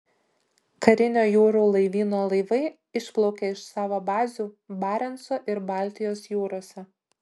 karinio jūrų laivyno laivai išplaukė iš savo bazių barenco ir baltijos jūrose